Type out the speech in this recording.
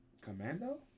commando